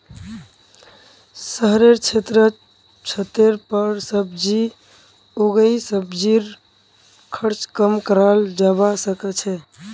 शहरेर क्षेत्रत छतेर पर सब्जी उगई सब्जीर खर्च कम कराल जबा सके छै